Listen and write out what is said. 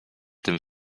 tym